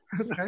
Okay